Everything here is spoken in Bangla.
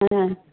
হ্যাঁ